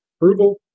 approval